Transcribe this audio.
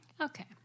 Okay